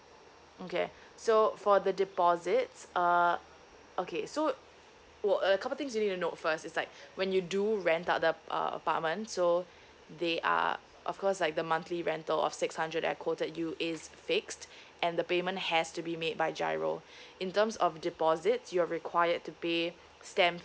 okay so for the deposits uh okay so will uh couple of things you need to know first is like when you do rent out the uh apartment so they are of course like the monthly rental of six hundred that I quoted you is fixed and the payment has to be made by GIRO in terms of deposits you're required to pay stamp